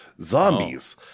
zombies